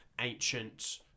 ancient